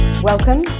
Welcome